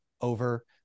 over